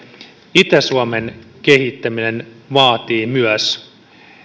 itä suomen kehittäminen vaatii myös